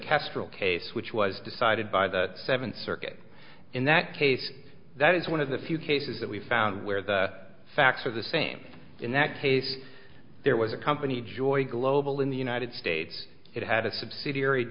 castro case which was decided by the seventh circuit in that case that is one of the few cases that we found where the facts are the same in that case there was a company joy global in the united states it had a subsidiary